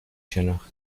شناخت